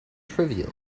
trivial